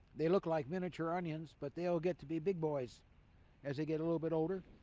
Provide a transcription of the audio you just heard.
they look like miniature onions but they'll get to be big boys as they get a little bit older.